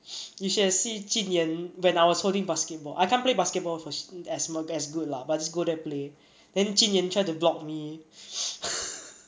you should have seen zunyuan when I was holding basketball I can't play basketball for sh~ as mu~ as good lah but just go there play then zunyuan try to block me